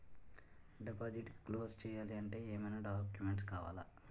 Deposit close చేయాలి అంటే ఏమైనా డాక్యుమెంట్స్ కావాలా?